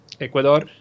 Ecuador